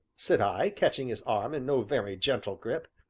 said i, catching his arm in no very gentle grip.